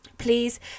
Please